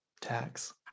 tax